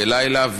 בלילה,